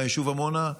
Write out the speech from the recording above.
מהיישוב עמונה.